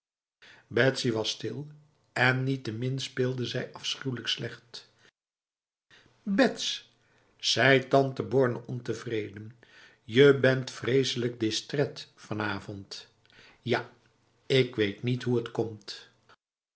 betsy was stil en niettemin speelde zij afschuwelijk slecht bets zei tante borne ontevreden je bent vreselijk distrait vanavond ja ik weet niet hoe het komtf